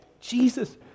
Jesus